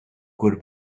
good